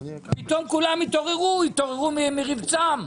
פתאום כולם התעוררו מרבצם.